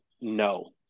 no